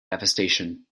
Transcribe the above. devastation